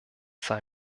sei